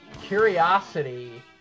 Curiosity